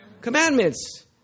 commandments